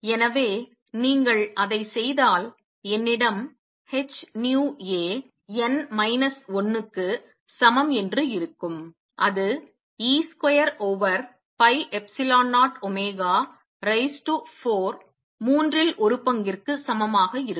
எனவே நீங்கள் அதைச் செய்தால் என்னிடம் h nu A n minus 1 க்கு சமம் என்று இருக்கும் அது e square over pi epsilon 0 omega raise to 4 மூன்றில் ஒரு பங்கிற்கு சமமாக இருக்கும்